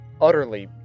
utterly